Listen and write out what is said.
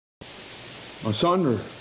asunder